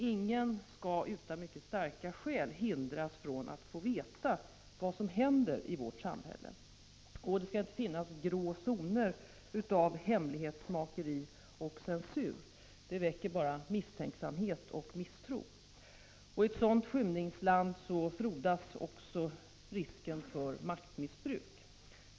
Ingen skall utan mycket starka skäl hindras från att få veta vad som händer i vårt samhälle. Det skall inte få finnas grå zoner av hemlighetsmakeri och censur. Det väcker bara misstänksamhet och misstro. I ett sådant skymningsland frodas också risken för maktmissbruk.